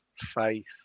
faith